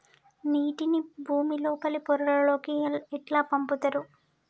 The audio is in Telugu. నీటిని భుమి లోపలి పొరలలోకి ఎట్లా పంపుతరు?